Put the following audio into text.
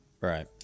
Right